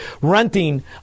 renting